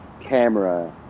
camera